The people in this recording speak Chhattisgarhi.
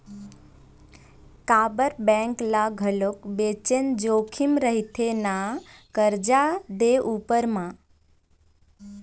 काबर बेंक ल घलोक बनेच जोखिम रहिथे ना करजा दे उपर म